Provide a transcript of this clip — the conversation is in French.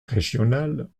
régional